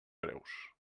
preus